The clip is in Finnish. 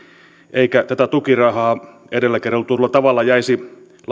eikä tätä tukirahaa edellä kerrotulla tavalla jäisi